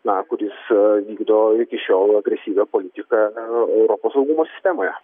na kuris vykdo iki šiol agresyvią politiką europos saugumo sistemoje